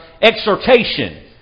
exhortation